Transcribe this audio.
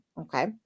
okay